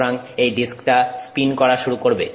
সুতরাং এই ডিস্কটা স্পিন করা শুরু করবে